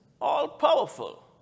all-powerful